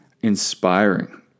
inspiring